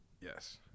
Yes